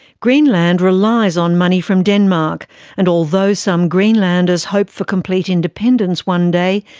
greenland relies on money from denmark and although some greenlanders hope for complete independence one day,